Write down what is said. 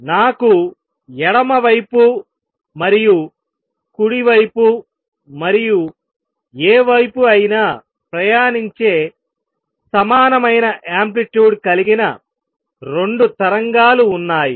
నాకు ఎడమ వైపు మరియు కుడి వైపు మరియు ఏ వైపు అయినా ప్రయాణించే సమానమైన యాంప్లిట్యూడ్ కలిగిన రెండు తరంగాలు ఉన్నాయి